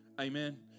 Amen